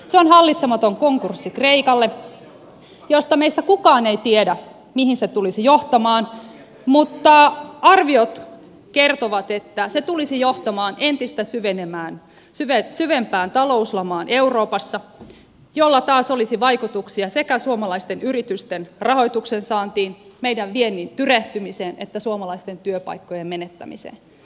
se on hallitsematon konkurssi kreikalle josta meistä kukaan ei tiedä mihin se tulisi johtamaan mutta arviot kertovat että se tulisi johtamaan entistä syvempään talouslamaan euroopassa jolla taas olisi vaikutuksia sekä suomalaisten yritysten rahoituksen saantiin meidän vientimme tyrehtymiseen että suomalaisten työpaikkojen menettämiseen